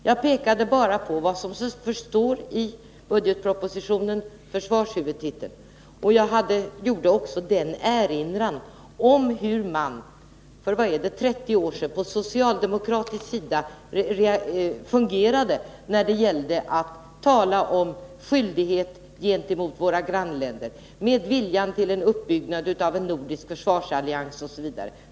Jag pekade bara på vad som står i budgetpropositionen, försvarshuvudtiteln, och jag erinrade om hur man för 30 år sedan från socialdemokratisk sida resonerade när det gällde att tala om skyldigheter gentemot våra grannländer, viljan att bygga upp en nordisk försvarsallians osv.